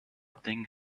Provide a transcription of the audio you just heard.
thing